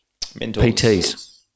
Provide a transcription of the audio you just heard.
pts